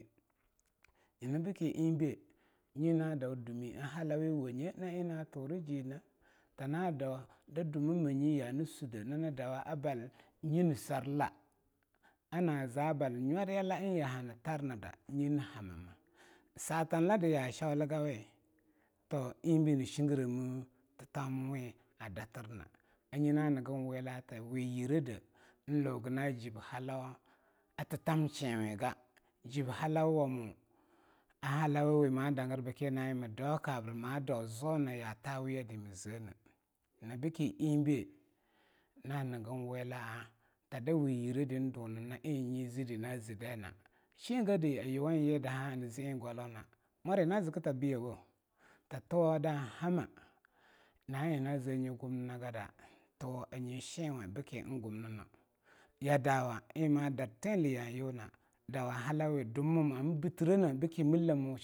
Nyina bikim bii eing be nyina dau dumeh a halauyawaye eing na turi jineh tana dau a dumimanye yaa nii sudde nani dawa a bal nyinesarla ana za bal nyoryala eing aa nii tarni da nyi nii hamamma satan ladii ya shauligawe o, toh eing be nii shingiremi titomiwi a datir na ar nyio naa nigin weala ta wii yirede eing luga na jib halawa a thitam shenwuga jib halawamo a halau yawi ma danger bike na eing mii dau kabra ma duazo na na yaa ta weyadi mii zeaneh nyina beakie eingbe naa niggin wela a tada wii yiredi eing duna na eing nyi ziddi na zee deanah shean gedi a yuwan yire ziddi a gwalona mwari na ziki ta biye woh ta tuwo dan hamma na eing naa zea hanyi gumninagi da tuwoh aa nyi shenwe beakie eing gumnino yaa dawa eing ma dar teanlei yaa yunwa dawa halau ya wii dummamo ham bitreneh biki millamwo.